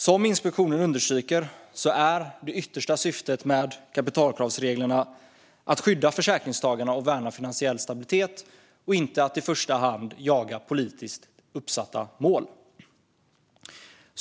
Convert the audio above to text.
Som Finansinspektionen understryker är det yttersta syftet med kapitalkravsreglerna att skydda försäkringstagarna och värna finansiell stabilitet och inte att i första hand jaga politiskt uppsatta mål.